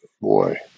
boy